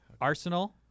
Arsenal